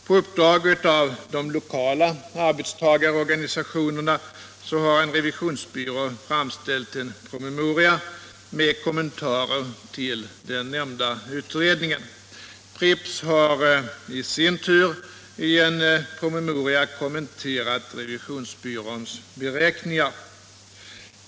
På uppdrag av de lokala arbetstagarorganisationerna har en revisionsbyrå framställt en promemoria med-kommentarer till den nämnda utredningen. Pripps har i sin tur i en promemoria kommenterat revisionsbyråns beräkningar.